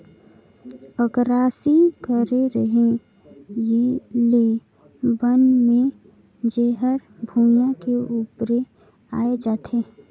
अकरासी करे रहें ले बन में जेर हर भुइयां के उपरे आय जाथे